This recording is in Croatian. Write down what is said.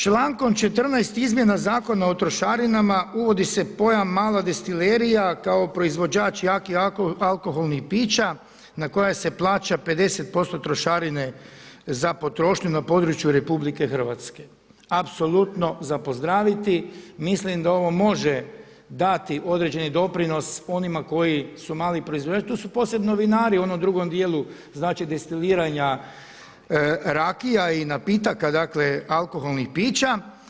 Člankom 14. izmjena Zakona o trošarinama uvodi se pojam mala destilerija kao proizvođač jakih alkoholnih pića na koja se plaća 50% trošarine za potrošnju na području RH, apsolutno za pozdraviti, mislim da ovo može dati određeni doprinos onima koji su mali proizvođači, to su posebno vinari, u onom drugom dijelu znači destiliranja rakija i napitaka dakle alkoholnih pića.